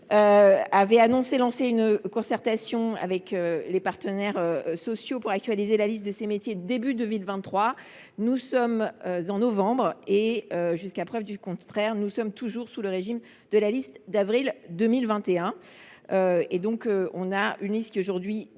avait annoncé lancer une concertation avec les partenaires sociaux pour actualiser la liste de ces métiers au début de 2023. Nous sommes en novembre et, jusqu’à preuve du contraire, nous sommes toujours sous le régime de la liste d’avril 2021, qui est déconnectée de la réalité du